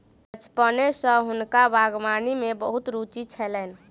बचपने सॅ हुनका बागवानी में बहुत रूचि छलैन